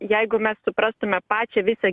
jeigu mes suprastume pačią visą